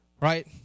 right